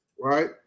right